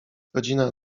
godzina